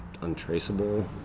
untraceable